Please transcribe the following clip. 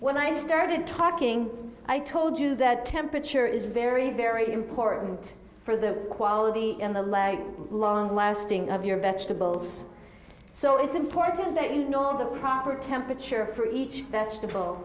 when i started talking i told you that temperature is very very important for the quality in the legs long lasting of your vegetables so it's important that you nor the proper temperature for each